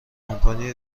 کمپانی